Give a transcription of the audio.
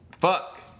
Fuck